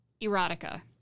erotica